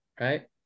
right